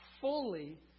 fully